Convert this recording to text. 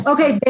Okay